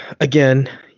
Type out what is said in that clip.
Again